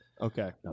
Okay